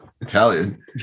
Italian